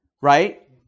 Right